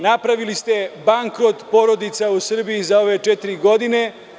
Napravili ste bankrot porodica u Srbiji za ove četiri godine.